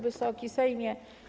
Wysoki Sejmie!